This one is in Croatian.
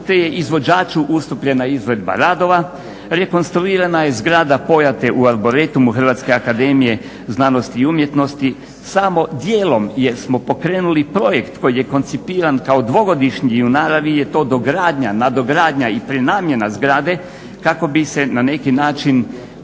te je izvođaču ustupljena izvedba radova. Rekonstruirana je zgrada Pojate u Arboretumu Hrvatske akademije znanosti i umjetnosti, samo dijelom jer smo pokrenuli projekt koji je koncipiran kao dvogodišnji i u naravi je to dogradnja, nadogradnja i prenamjena zgrade kako bi se na neki način